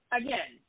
again